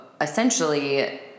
essentially